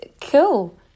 Cool